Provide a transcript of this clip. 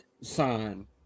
sign